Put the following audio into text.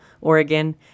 Oregon